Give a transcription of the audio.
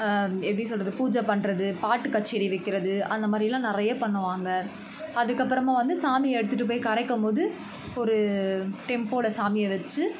எப்படி சொல்கிறது பூஜை பண்ணுறது பாட்டு கச்சேரி வைக்கிறது அந்த மாதிரிலாம் நிறைய பண்ணுவாங்கள் அதுக்கு அப்புறமா வந்து சாமியை எடுத்துகிட்டு போயி கரைக்கும்போது ஒரு டெம்ப்போல சாமியை வச்சு